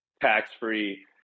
tax-free